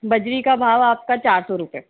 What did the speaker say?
बजरी का भाव आपका चार सौ रुपए